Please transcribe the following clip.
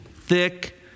thick